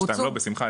בשמחה,